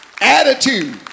attitude